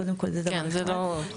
קודם כל זה דבר אחד.